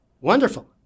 Wonderful